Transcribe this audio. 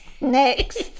next